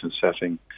setting